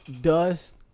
dust